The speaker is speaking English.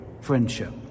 Friendship